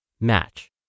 Match